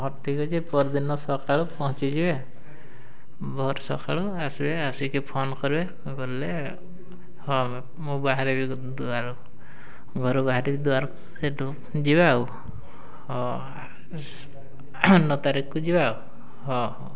ହଁ ଠିକ୍ ଅଛି ପରଦିନ ସକାଳୁ ପହଞ୍ଚିଯିବେ ଭର ସକାଳୁ ଆସିବେ ଆସିକି ଫୋନ କରିବେ ଗଲେ ହଁ ମୋ ବାହାରେ ଘର ବାହାରେ ବି ଦୁଆର ସେଠୁ ଯିବା ଆଉ ହଁ ନଅ ତାରିଖକୁ ଯିବା ଆଉ ହଁ ହଉ